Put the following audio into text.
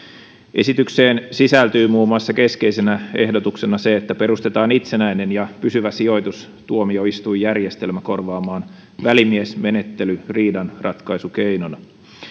esitykseen sisältyy muun muassa keskeisenä ehdotuksena se että perustetaan itsenäinen ja pysyvä sijoitustuomioistuinjärjestelmä korvaamaan välimiesmenettely riidanratkaisukeinona